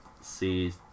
see